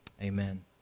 Amen